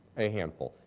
a handful.